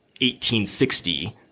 1860